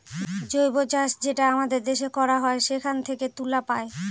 জৈব চাষ যেটা আমাদের দেশে করা হয় সেখান থেকে তুলা পায়